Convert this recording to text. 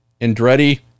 andretti